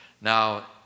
Now